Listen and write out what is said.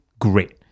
great